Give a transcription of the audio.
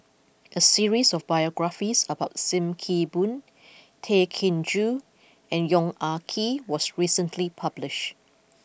a series of biographies about Sim Kee Boon Tay Chin Joo and Yong Ah Kee was recently published